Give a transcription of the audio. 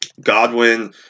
Godwin